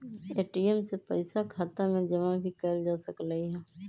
ATM से पइसा खाता में जमा भी कएल जा सकलई ह